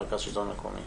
מרכז השלטון המקומי.